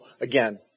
again